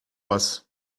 was